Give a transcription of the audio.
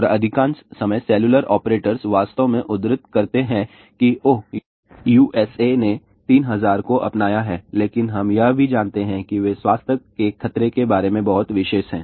और अधिकांश समय सेलुलर ऑपरेटर्स वास्तव में उद्धृत करते हैं कि ओह USA ने 3000 को अपनाया है लेकिन हम यह भी जानते हैं कि वे स्वास्थ्य के खतरे के बारे में बहुत विशेष हैं